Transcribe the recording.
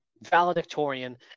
valedictorian